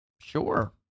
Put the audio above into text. sure